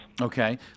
Okay